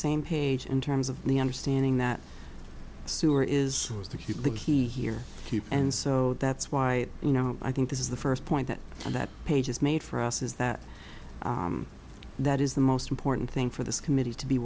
same page in terms of the understanding that sewer is the key the key here and so that's why you know i think this is the first point that that page is made for us is that that is the most important thing for this committee to be